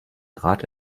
rat